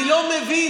אני לא מבין,